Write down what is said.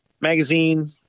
magazine